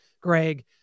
Greg